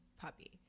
puppy